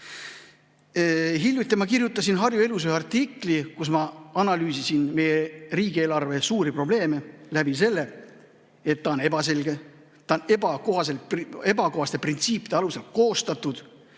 Hiljuti ma kirjutasin Harju Elus ühe artikli, kus ma analüüsisin meie riigieelarve suuri probleeme läbi selle, et ta on ebaselge, ta on ebakohaste printsiipide alusel koostatud